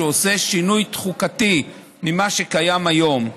שעושה שינוי חוקתי במה שקיים היום.